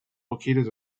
located